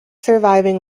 surviving